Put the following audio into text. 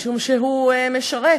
משום שהוא משרת,